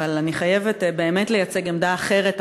אבל אני חייבת באמת לייצג עמדה אחרת הפעם,